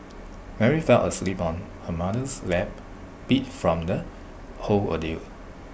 Mary fell asleep on her mother's lap beat from the whole ordeal